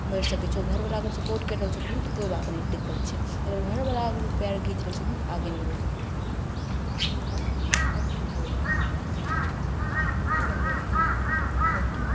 बढ़ि सकै छऽ घरवला अगर सपोर्ट करि रहल छऽ तखन तऽ कोइ बात नहि दिक्कत छै अगर घरवला अगर पाएर घिच लै छथिन तऽ आगे नहि बढ़ि सकै छै इएह बात होइ छै आओर कि कोइ बात नहि छै वीडिओ बनबैके चाही आओर कि